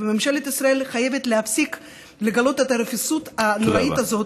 וממשלת ישראל חייבת להפסיק לגלות את הרפיסות הנוראית הזאת,